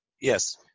yes